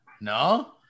No